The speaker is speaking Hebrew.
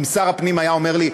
אם שר הפנים היה אומר לי: